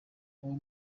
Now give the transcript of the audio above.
ubwo